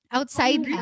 Outside